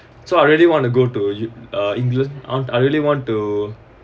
so I really want to go to u~ uh england ah I really want to